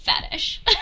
fetish